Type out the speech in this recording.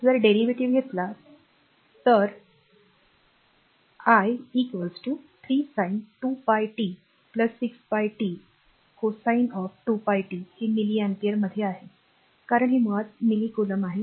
जर डेरीवेटिव घेतला तर is i 3 sin 2 pi t 6 pi t cosine of 2π t हे milli ampere मध्ये आहे कारण ते मुळात milli coulomb आहे